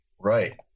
Right